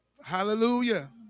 Hallelujah